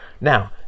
Now